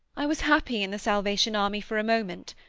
i was happy in the salvation army for a moment.